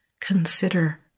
Consider